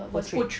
portray